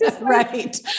Right